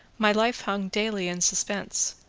my life hung daily in suspense,